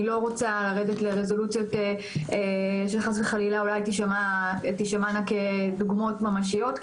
אני לא רוצה לרדת לרזולוציות שחס וחלילה אולי תישמענה כדוגמאות ממשיות,